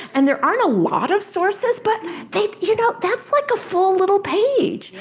and there aren't a lot of sources, but they, you know, that's like a full little page.